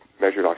measured